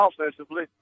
offensively